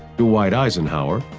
dwight eisenhower,